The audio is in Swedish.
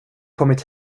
kommit